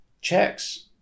checks